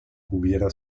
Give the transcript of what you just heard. hubiera